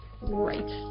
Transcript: right